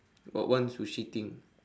got one sushi thing